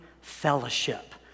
fellowship